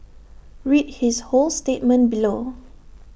read his whole statement below